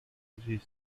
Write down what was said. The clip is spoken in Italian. estivi